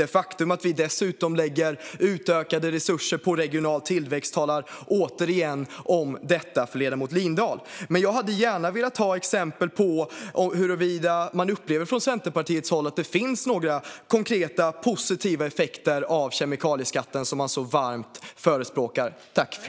Det faktum att vi dessutom lägger utökade resurser på regional tillväxt talar återigen om detta för ledamoten Lindahl. Jag hade gärna velat ha exempel på om Centerpartiet upplever att det finns några konkreta, positiva effekter av kemikalieskatten, som man så varmt förespråkar.